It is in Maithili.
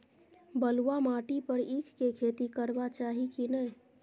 बलुआ माटी पर ईख के खेती करबा चाही की नय?